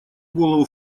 голову